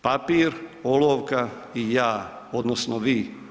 Papir, olovka i ja odnosno vi.